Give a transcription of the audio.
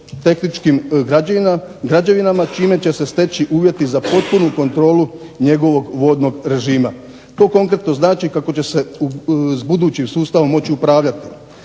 hidrotehničkim građevinama čime će se steći uvjeti za potpunu kontrolu njegovog vodnog režima. To konkretno znači kako će se s budućim sustavom moći upravljati